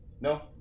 No